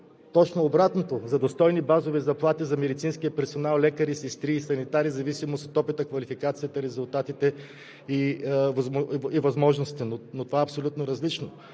точно обратното: за достойни базови заплати за медицинския персонал – лекари, сестри и санитари, в зависимост от опита, квалификацията, резултатите и възможностите, но това е абсолютно различно.